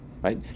Right